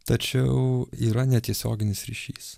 tačiau yra netiesioginis ryšys